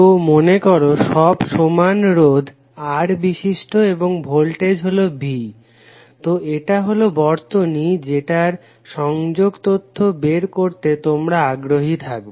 তো মনেকর সব সমান রোধ R বিশিষ্ট এবং ভোল্টেজ হলো V তো এটা হলো বর্তনী যেটার সংযোগ তথ্য বের করতে তোমরা আগ্রহী থাকবে